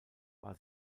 war